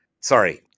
Sorry